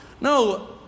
no